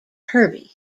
herbie